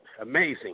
Amazing